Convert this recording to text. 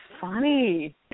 funny